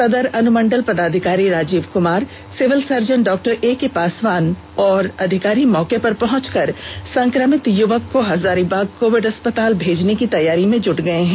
सदर अनुमंडल पदाधिकारी राजीव कमार सिविल सर्जन डॉ एके पासवान व अधिकारी मौके पर पहंच कर संक्रमित युवक को हजारीबाग कोविड अस्पताल भेजने की तैयारी में जुट गए हैं